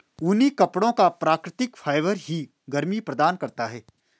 ऊनी कपड़ों का प्राकृतिक फाइबर ही गर्मी प्रदान करता है